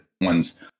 ones